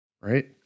right